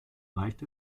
reicht